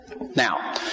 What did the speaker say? Now